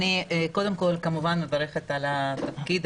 קודם כול, אני מברכת על התפקיד.